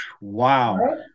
Wow